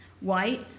white